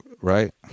right